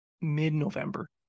mid-November